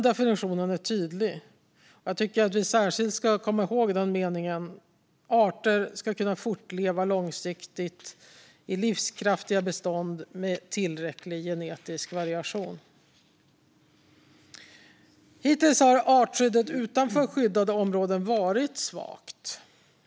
Definitionen är tydlig, och låt oss särskilt lägga denna mening på minnet: Arter ska kunna fortleva långsiktigt i livskraftiga bestånd med tillräcklig genetisk variation. Hittills har artskyddet utanför skyddade områden varit svagt.